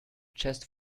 chest